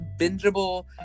bingeable